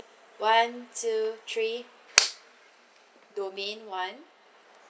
one two three domain one